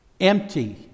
Empty